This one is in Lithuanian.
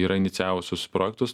yra inicijavusios projektus